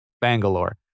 Bangalore